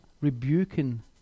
rebuking